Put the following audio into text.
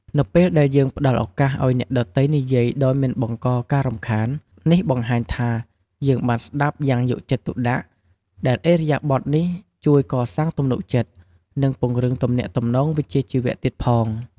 នៅពេលដែលយើងផ្តល់ឱកាសឲ្យអ្នកដទៃនិយាយដោយមិនបង្កការរំខាន នេះបង្ហាញថា យើងបានស្តាប់យ៉ាងយកចិត្តទុកដាក់ ដែលឥរិយាបថនេះជួយកសាងទំនុកចិត្ត និងពង្រឹងទំនាក់ទំនងវិជ្ជាជីវៈទៀតផង។